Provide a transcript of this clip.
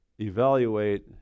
evaluate